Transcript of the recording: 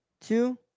two